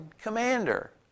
commander